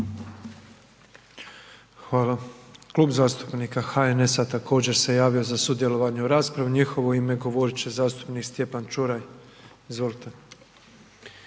Hvala. Klub zastupnika HNS-a također se javio za sudjelovanje u raspravi. U njihovo ime govoriti će zastupnik Stjepan Čuraj. Izvolite.